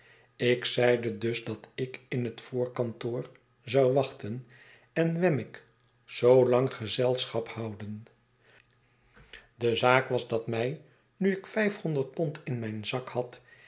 ik zeide dus dat ik in het voorkantoor zou wachten en wemmick zoolang gezelschap houden de zaak was dat mij nu ik vijfhonderd pond in mijn zak had